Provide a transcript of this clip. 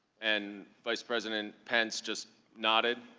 and vice president pence just nodded?